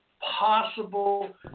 possible